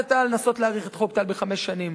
החלטת לנסות להאריך את חוק טל בחמש שנים.